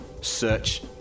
Search